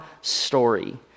story